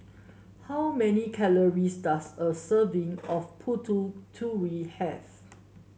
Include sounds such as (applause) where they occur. how many calories does a serving of putih (unintelligible) have